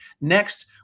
Next